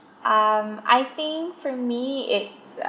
um I think for me it’s